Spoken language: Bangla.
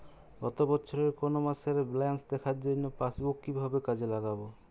গত বছরের কোনো মাসের ব্যালেন্স দেখার জন্য পাসবুক কীভাবে কাজে লাগাব?